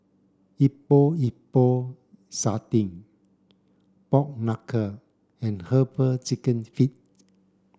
Epok Epok Sardin pork knuckle and herbal chicken feet